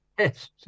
Yes